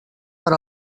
per